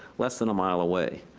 less than a mile away.